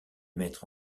maître